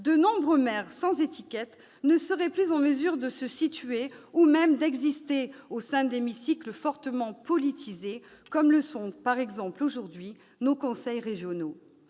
de nombreux maires sans étiquette ne seraient plus en mesure de se situer, ou même d'exister, au sein d'hémicycles fortement « politisés », comme le sont par exemple, aujourd'hui, nos conseils régionaux.